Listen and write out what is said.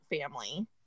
family